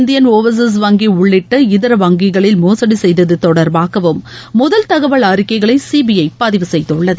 Indian overseas வங்கி உள்ளிட்ட இதர வங்கிகளில் மோசுடி செய்தது தொடர்பாகவும் முதல் தகவல் அறிக்கைகளை சிபிஐ பதிவு செய்துள்ளது